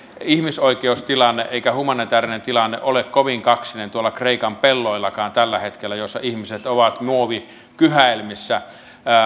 ihmisoikeustilanne eikä humanitäärinen tilanne ole kovin kaksinen tuolla kreikan pelloillakaan tällä hetkellä missä ihmiset ovat muovikyhäelmissä